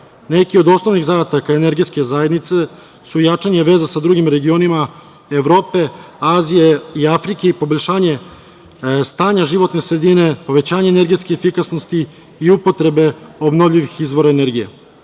neki od osnovnih zadataka energetske zajednice su jačanje i veza sa drugim regionima Evrope, Azije i Afrike i poboljšanje stanja životne sredine, povećanje energetske efikasnosti i upotrebe obnovljivih izvora energije.U